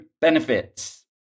benefits